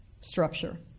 structure